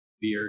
beer